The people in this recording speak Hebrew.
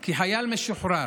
כי חייל משוחרר